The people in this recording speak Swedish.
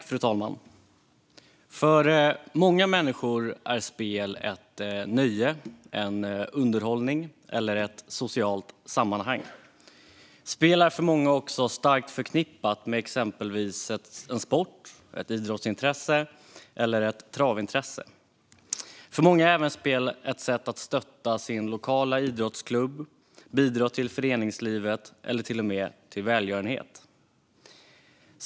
Fru talman! För många människor är spel ett nöje, underhållning eller ett socialt sammanhang. Spel är för många starkt förknippat med exempelvis en sport, ett idrottsintresse eller ett travintresse. För många är spel även ett sätt att stötta den lokala idrottsklubben och bidra till föreningslivet eller till och med till välgörenhet.